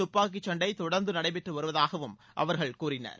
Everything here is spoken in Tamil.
துப்பாக்கிச் சண்டை தொடர்ந்து நடைபெற்று வருவதாகவும் அவர்கள் கூறினர்